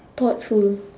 thoughtful